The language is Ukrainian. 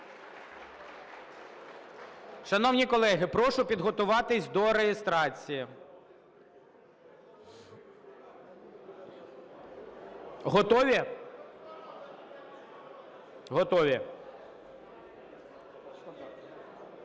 Шановні колеги, прошу підготуватися до реєстрації. Готові? Готові.